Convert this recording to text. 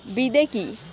বিদে কি?